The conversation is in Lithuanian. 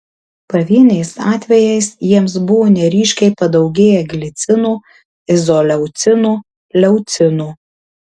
pavieniais atvejais jiems buvo neryškiai padaugėję glicino izoleucino leucino